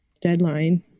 deadline